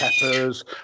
peppers